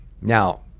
Now